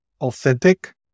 authentic